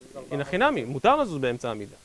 הנה חינמי, מותר לזוז באמצע עמידה